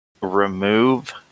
remove